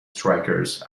strikers